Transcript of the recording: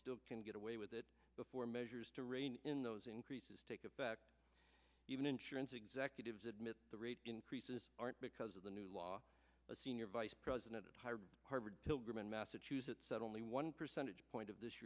still can get away with it before measures to rein in those increases take effect even insurance executives admit the rate increases aren't because of the new law a senior vice president of higher harvard pilgrim in massachusetts said only one percentage point of this